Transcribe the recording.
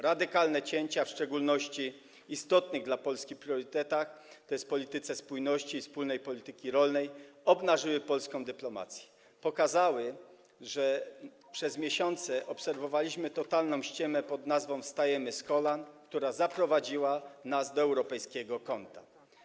Radykalne cięcia, w szczególności w istotnych dla Polski priorytetach, tj. polityce spójności i wspólnej polityce rolnej, obnażyły polską dyplomację, pokazały, że przez miesiące obserwowaliśmy totalną ściemę pod nazwą: wstajemy z kolan, która zaprowadziła nas do europejskiego kąta.